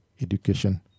education